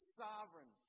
sovereign